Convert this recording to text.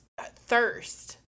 thirst